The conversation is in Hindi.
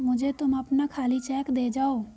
मुझे तुम अपना खाली चेक दे जाओ